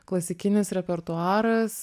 klasikinis repertuaras